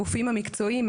הגופים המקצועיים,